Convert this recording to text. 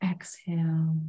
Exhale